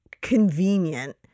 convenient